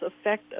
effect